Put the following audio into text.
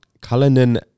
Cullinan